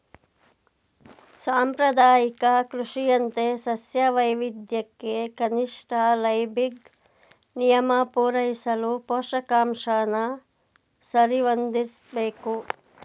ಸಾಂಪ್ರದಾಯಿಕ ಕೃಷಿಯಂತೆ ಸಸ್ಯ ವೈವಿಧ್ಯಕ್ಕೆ ಕನಿಷ್ಠ ಲೈಬಿಗ್ ನಿಯಮ ಪೂರೈಸಲು ಪೋಷಕಾಂಶನ ಸರಿಹೊಂದಿಸ್ಬೇಕು